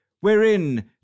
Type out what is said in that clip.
wherein